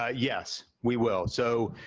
ah yes, we will. so,